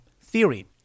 theory